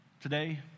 today